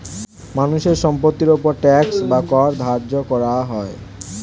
মানুষের সম্পত্তির উপর ট্যাক্স বা কর ধার্য হয়